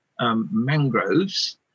mangroves